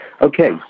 Okay